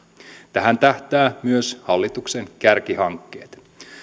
tähän tähtäävät myös hallituksen kärkihankkeet